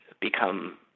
become